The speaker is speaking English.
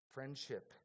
Friendship